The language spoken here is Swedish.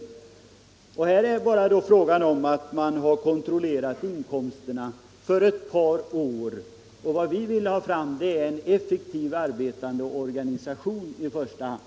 Här har det ändå bara varit fråga om att kontrollera inkomsterna för ett par år. Vad vi vill ha fram är en effektivt arbetande organisation i första hand.